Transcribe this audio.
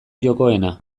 jokoena